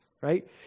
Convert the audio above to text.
right